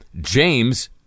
James